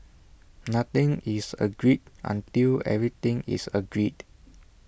nothing is agreed until everything is agreed